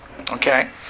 Okay